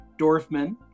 Dorfman